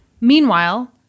Meanwhile